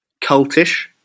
cultish